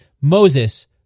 Moses